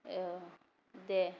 औ दे